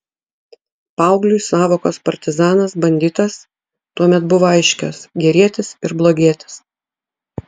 paaugliui sąvokos partizanas banditas tuomet buvo aiškios gerietis ir blogietis